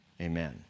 amen